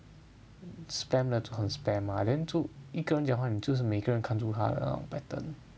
spam 的就可以 spam lah 就一个人讲话就是每一个人看住他了 pattern